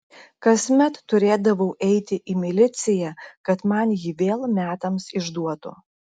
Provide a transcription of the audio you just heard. kasmet turėdavau eiti į miliciją kad man jį vėl metams išduotų